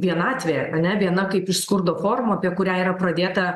vienatvė ane viena kaip iš skurdo formų apie kurią yra pradėta